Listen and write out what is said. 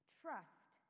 trust